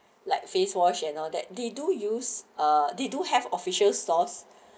like face wash and all that they do use uh they do have official source